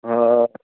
आं